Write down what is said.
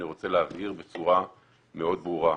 אני רוצה להבהיר בצורה מאוד ברורה,